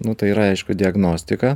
nu tai yra aišku diagnostika